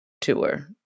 tour